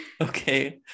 Okay